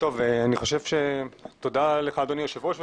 לך אדוני יושב הראש,